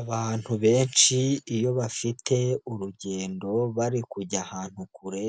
Abantu benshi iyo bafite urugendo bari kujya ahantu kure,